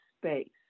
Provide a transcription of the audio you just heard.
space